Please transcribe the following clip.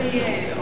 לא יהיה,